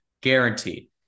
guaranteed